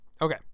Okay